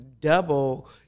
double